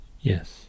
Yes